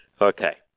Okay